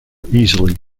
easily